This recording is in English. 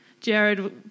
Jared